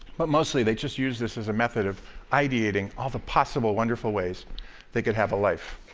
but mostly they just use this as a method of ideating all the possible wonderful ways they could have a life.